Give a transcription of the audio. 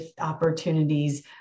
opportunities